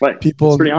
people